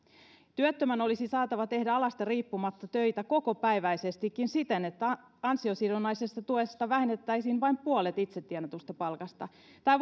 työttömän olisi saatava tehdä alasta riippumatta töitä kokopäiväisestikin siten että ansiosidonnaisesta tuesta vähennettäisiin vain puolet itse tienatusta palkasta tai